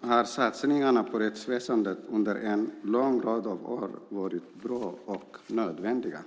har satsningarna på rättsväsendet under en lång rad av år varit bra och nödvändiga.